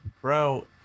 Bro